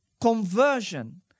conversion